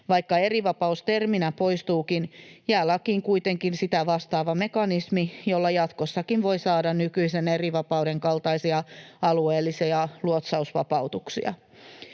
Vaikka erivapaus terminä poistuukin, jää lakiin kuitenkin sitä vastaava mekanismi, jolla jatkossakin voi saada nykyisen erivapauden kaltaisia alueellisia luotsausvapautuksia.